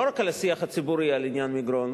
לא רק על השיח הציבורי על עניין מגרון,